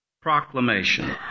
proclamation